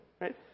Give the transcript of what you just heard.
right